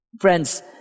Friends